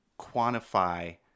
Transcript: quantify